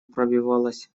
пробивалась